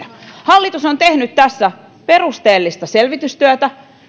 hallitus on tehnyt tässä perusteellista selvitystyötä